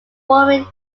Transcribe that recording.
forming